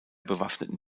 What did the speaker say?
bewaffneten